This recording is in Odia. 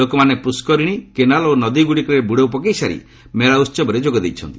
ଲୋକମାନେ ପୁଷ୍କରିଣୀ କେନାଲ୍ ଓ ନଦୀଗୁଡ଼ିକରେ ବୁଡ଼ ପକାଇସାରି ମେଳା ଉହବରେ ଯୋଗ ଦେଇଛନ୍ତି